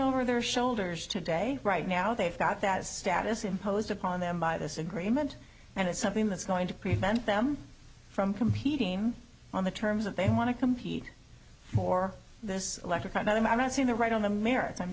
over their shoulders today right now they've got that status imposed upon them by this agreement and it's something that's going to prevent them from competing on the terms of they want to compete more this electrified that i'm not saying the right on the merits i'm